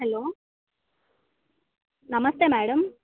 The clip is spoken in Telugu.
hello namaste madam